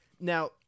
Now